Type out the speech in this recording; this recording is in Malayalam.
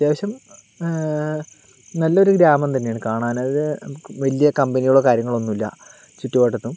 അത്യാവശ്യം നല്ലൊരു ഗ്രാമം തന്നെയാണ് കാണാന് അത് വലിയ കമ്പനികളോ കാര്യങ്ങളോ ഒന്നുമില്ല ചുറ്റുവട്ടത്തും